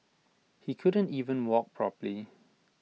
he couldn't even walk properly